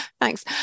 Thanks